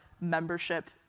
membership